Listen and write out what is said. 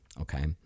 okay